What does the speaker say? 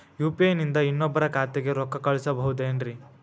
UPI ನಿಂದ ಇನ್ನೊಬ್ರ ಖಾತೆಗೆ ರೊಕ್ಕ ಕಳ್ಸಬಹುದೇನ್ರಿ?